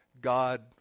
God